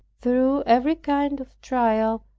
through every kind of trial,